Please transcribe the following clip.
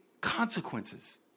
consequences